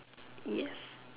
yes